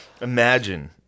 Imagine